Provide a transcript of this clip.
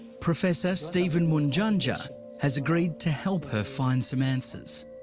professor stephen munjanja has agreed to help her find some answers.